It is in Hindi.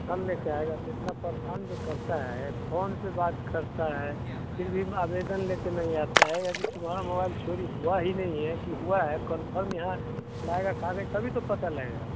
कल लेकर आएगा तो इतना परेशान जो करता है फ़ोन पर बात करता है फिर भी आवेदन लेकर नहीं आता है यदि तुम्हारा मोबाइल चोरी हुआ ही नहीं है कि हुआ है कंफ़र्म यहाँ लाएगा कागज़ तभी तो पता लगेगा